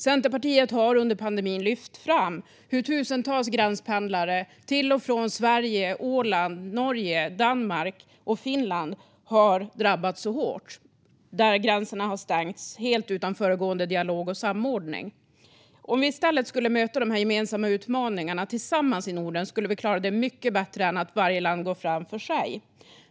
Centerpartiet har under pandemin lyft fram hur tusentals gränspendlare till och från Sverige, Åland, Norge, Danmark och Finland har drabbats hårt när gränser har stängts helt utan föregående dialog eller samordning. Om vi i stället skulle möta gemensamma utmaningar tillsammans i Norden skulle vi klara det mycket bättre än om varje land går fram för sig.